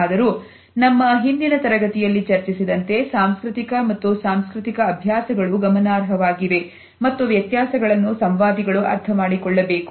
ಆದರೂ ನಮ್ಮ ಹಿಂದಿನ ತರಗತಿಯಲ್ಲಿ ಚರ್ಚಿಸಿದಂತೆ ಸಾಂಸ್ಕೃತಿಕ ಮತ್ತು ಸಾಂಸ್ಥಿಕ ಅಭ್ಯಾಸಗಳು ಗಮನಾರ್ಹವಾಗಿವೆ ಮತ್ತು ವ್ಯತ್ಯಾಸಗಳನ್ನು ಸಂವಾದಿಗಳು ಅರ್ಥಮಾಡಿಕೊಳ್ಳಬೇಕು